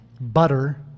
Butter